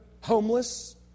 homeless